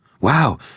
wow